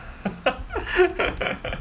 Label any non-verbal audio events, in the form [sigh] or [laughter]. [laughs]